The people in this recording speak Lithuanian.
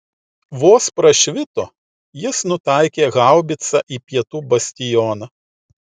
vos prašvito jis nutaikė haubicą į pietų bastioną